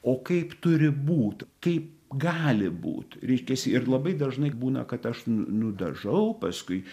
o kaip turi būt kaip gali būt reiškiasi ir labai dažnai būna kad aš nudažau paskui